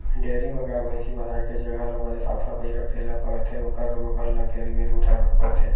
dairy म गाय, भइसी बंधाए के जघा ल बने साफ सफई राखे ल परथे ओखर गोबर ल घेरी भेरी उठाए बर परथे